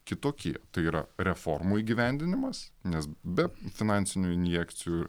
kitokie tai yra reformų įgyvendinimas nes be finansinių injekcijų